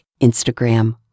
Instagram